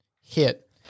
hit